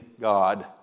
God